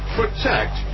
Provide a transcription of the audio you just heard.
protect